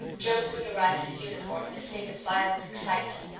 joe soon arrived in his uniform and a state of violent excitement,